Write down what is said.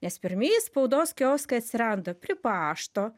nes pirmieji spaudos kioskai atsiranda prie pašto